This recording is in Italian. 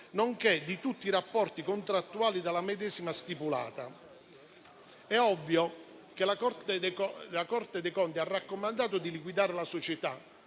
nonché di tutti i rapporti contrattuali dalla medesima stipulati. È ovvio che la Corte dei conti ha raccomandato di liquidare la società